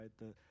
right